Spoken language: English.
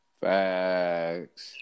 Facts